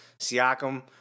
Siakam